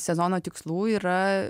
sezono tikslų yra